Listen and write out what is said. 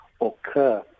occur